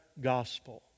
gospel